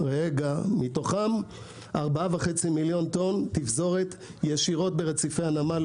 מתוכם 4.5 מיליון טון תפזורת ישירות ברציפי הנמל,